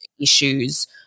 issues